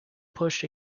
pushed